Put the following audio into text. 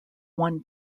one